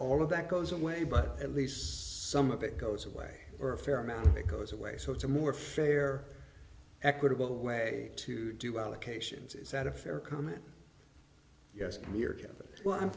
all of that goes away but at least some of it goes away or a fair amount of it goes away so it's a more fair equitable way to do allocations is that a fair comment yes well i'm